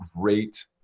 great